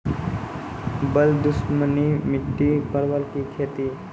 बल दुश्मनी मिट्टी परवल की खेती?